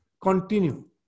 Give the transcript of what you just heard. continue